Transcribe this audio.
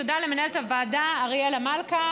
תודה למנהלת הוועדה אריאלה מלכה